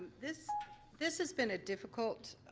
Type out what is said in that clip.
this this has been a difficult